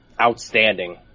outstanding